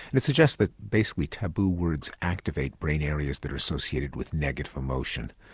it suggests that basically taboo words activate brain areas that are associated with negative emotion,